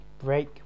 break